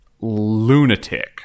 lunatic